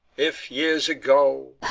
if years ago